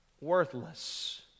worthless